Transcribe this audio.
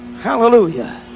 Hallelujah